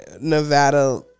Nevada